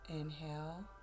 Inhale